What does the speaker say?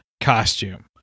costume